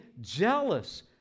jealous